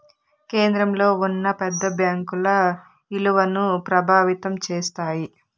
కేంద్రంలో ఉన్న పెద్ద బ్యాంకుల ఇలువను ప్రభావితం చేస్తాయి